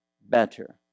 better